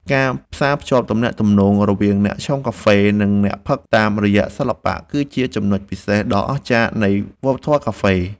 ការផ្សារភ្ជាប់ទំនាក់ទំនងរវាងអ្នកឆុងកាហ្វេ និងអ្នកផឹកតាមរយៈសិល្បៈ គឺជាចំណុចពិសេសដ៏អស្ចារ្យនៃវប្បធម៌កាហ្វេ។